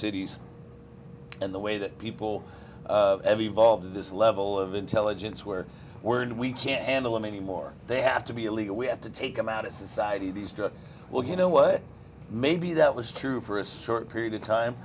cities and the way that people of every evolve to this level of intelligence where we're and we can't handle them anymore they have to be illegal we have to take them out of society these to well you know what maybe that was true for a short period of time